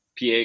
PA